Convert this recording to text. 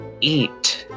eat